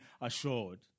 assured